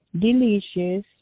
delicious